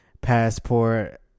passport